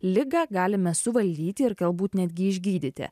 ligą galime suvaldyti ir galbūt netgi išgydyti